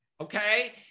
Okay